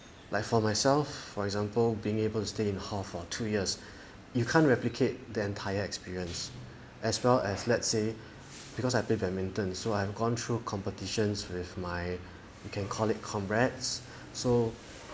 like for myself for example being able to stay in hall for two years you can't replicate the entire experience as well as let's say because I play badminton so I've gone through competitions with my you can call it comrades so